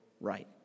right